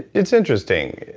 it's interesting.